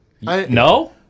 No